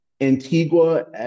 Antigua